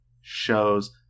shows